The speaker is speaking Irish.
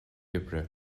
oibre